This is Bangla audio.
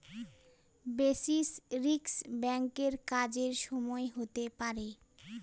বেসিস রিস্ক ব্যাঙ্কের কাজের সময় হতে পারে